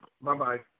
Bye-bye